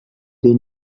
they